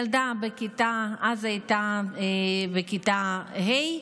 ילדה שאז הייתה בכיתה ה',